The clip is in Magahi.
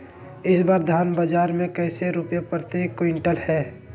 इस बार धान बाजार मे कैसे रुपए प्रति क्विंटल है?